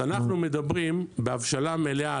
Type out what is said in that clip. אז אנחנו מדברים בהבשלה מלאה,